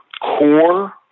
Core